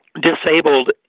disabled